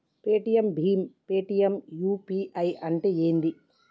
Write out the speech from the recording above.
Paytm భీమ్ Paytm UPI అంటే ఏంది?